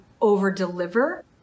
over-deliver